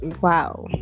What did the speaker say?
Wow